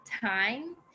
time